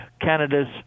Canada's